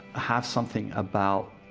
have something about